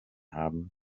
haben